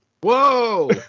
Whoa